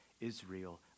Israel